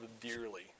dearly